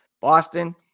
Boston